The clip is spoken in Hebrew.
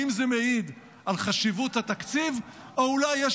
האם זה מעיד על חשיבות התקציב או אולי יש